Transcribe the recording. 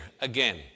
again